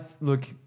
look